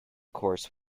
course